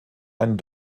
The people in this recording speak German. einen